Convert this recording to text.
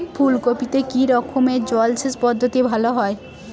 ফুলকপিতে কি রকমের জলসেচ পদ্ধতি ভালো হয়?